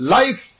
life